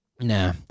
nah